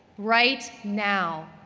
right now,